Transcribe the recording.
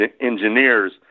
engineers